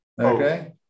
Okay